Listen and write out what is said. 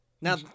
Now